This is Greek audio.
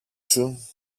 σου